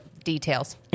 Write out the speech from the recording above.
Details